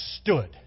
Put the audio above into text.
stood